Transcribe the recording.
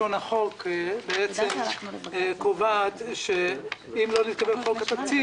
לפי לשון החוק נקבע שאם לא נתקבל חוק התקציב